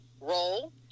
roll